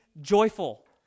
joyful